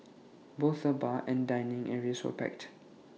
both the bar and dining areas were packed